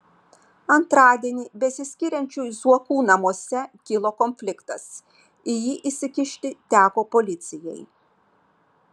antradienį besiskiriančių zuokų namuose kilo konfliktas į jį įsikišti teko policijai